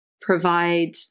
provide